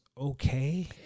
Okay